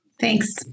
Thanks